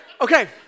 Okay